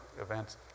events